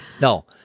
No